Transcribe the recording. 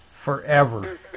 forever